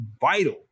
vital